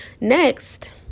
next